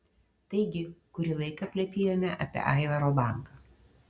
taigi kurį laiką plepėjome apie aivaro banką